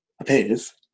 appears